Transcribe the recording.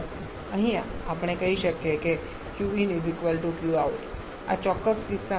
અહીં આપણે કહી શકીએ qin qout આ ચોક્કસ કિસ્સામાં